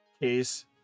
case